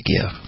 give